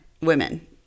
Women